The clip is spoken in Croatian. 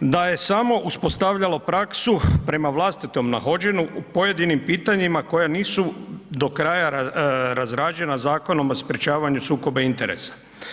da je samo uspostavljalo praksu prema vlastitom nahođenju u pojedinim pitanjima koja nisu do kraja razrađena Zakonom o sprječavanju sukoba interesa.